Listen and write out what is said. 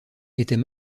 était